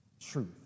truth